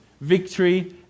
victory